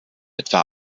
etwa